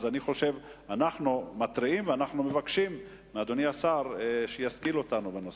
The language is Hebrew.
אז אנחנו מתריעים ואנחנו מבקשים מאדוני השר שישכיל אותנו בנושא.